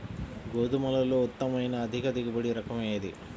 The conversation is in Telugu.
గోధుమలలో ఉత్తమమైన అధిక దిగుబడి రకం ఏది?